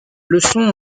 leçons